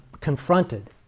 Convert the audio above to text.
confronted